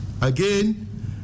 Again